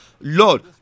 Lord